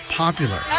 popular